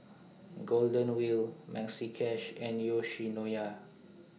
Golden Wheel Maxi Cash and Yoshinoya